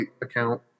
account